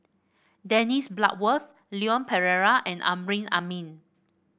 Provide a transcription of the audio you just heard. Dennis Bloodworth Leon Perera and Amrin Amin